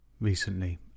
recently